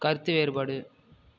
கருத்து வேறுபாடு